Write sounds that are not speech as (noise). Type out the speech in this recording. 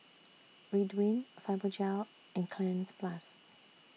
(noise) Ridwind Fibogel and Cleanz Plus